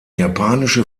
japanische